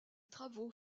travaux